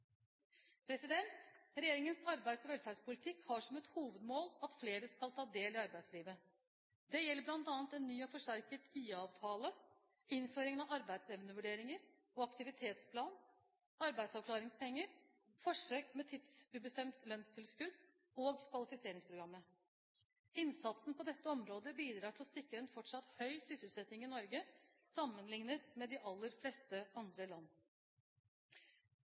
Regjeringens arbeids- og velferdspolitikk har som et hovedmål at flere skal ta del i arbeidslivet. Det gjelder bl.a. en ny og forsterket IA-avtale, innføring av arbeidsevnevurderinger og aktivitetsplan, arbeidsavklaringspenger, forsøk med tidsubestemt lønnstilskudd og kvalifiseringsprogrammet. Innsatsen på dette området bidrar til å sikre en fortsatt høy sysselsetting i Norge sammenlignet med de aller fleste andre land.